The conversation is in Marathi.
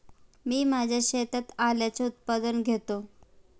मी माझ्या शेतात आल्याचे उत्पादन घेतो